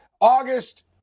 August